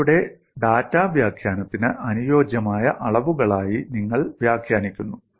നിങ്ങളുടെ ഡാറ്റാ വ്യാഖ്യാനത്തിന് അനുയോജ്യമായ അളവുകളായി നിങ്ങൾ വ്യാഖ്യാനിക്കുന്നു